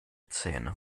zähne